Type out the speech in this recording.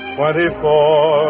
Twenty-four